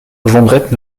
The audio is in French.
jondrette